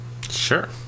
Sure